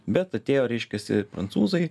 bet atėjo reiškiasi prancūzai